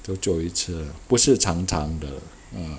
久久一次不是常常的 ah